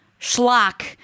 schlock